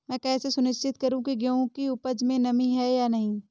मैं कैसे सुनिश्चित करूँ की गेहूँ की उपज में नमी है या नहीं?